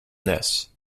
this